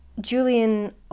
Julian